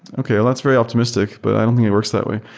okay. that's very optimistic, but i don't think it works that way.